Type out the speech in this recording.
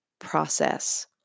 process